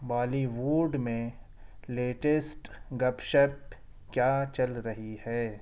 بالی would میں latest گپ شپ کیا چل رہی ہے